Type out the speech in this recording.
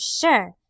sure